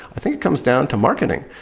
i think it comes down to marketing.